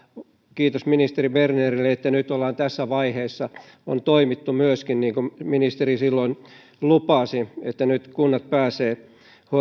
kiitos ministeri bernerille että nyt ollaan tässä vaiheessa on toimittu niin kuin ministeri silloin lupasi että nyt kunnat pääsevät